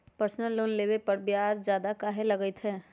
Personal loan लेबे पर ब्याज ज्यादा काहे लागईत है?